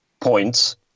points